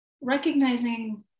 recognizing